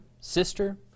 sister